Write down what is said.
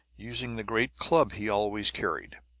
using the great club he always carried.